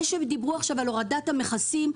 זה שדיברו עכשיו על הורדת המכסים,